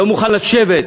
לא מוכן לשבת,